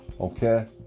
okay